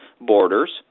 borders